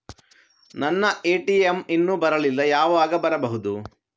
ನನ್ನ ಎ.ಟಿ.ಎಂ ಇನ್ನು ಬರಲಿಲ್ಲ, ಯಾವಾಗ ಬರಬಹುದು?